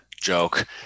joke